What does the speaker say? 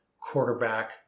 quarterback